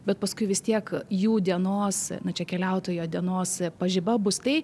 bet paskui vis tiek jų dienos na čia keliautojo dienos pažiba bus tai